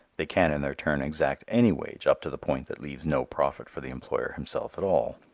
they can in their turn exact any wage up to the point that leaves no profit for the employer himself at all.